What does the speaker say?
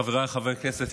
חבריי חברי הכנסת,